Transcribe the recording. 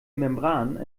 membran